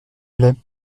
plait